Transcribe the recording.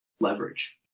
leverage